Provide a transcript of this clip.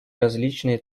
различные